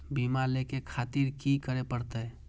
बीमा लेके खातिर की करें परतें?